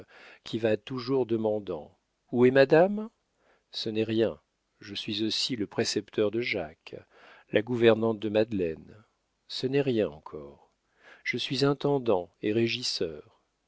qui va toujours demandant où est madame ce n'est rien je suis aussi le précepteur de jacques la gouvernante de madeleine ce n'est rien encore je suis intendant et régisseur